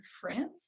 France